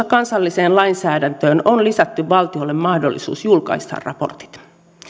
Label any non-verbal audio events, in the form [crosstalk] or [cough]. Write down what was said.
[unintelligible] kansalliseen lainsäädäntöön on lisätty valtiolle mahdollisuus julkaista raportit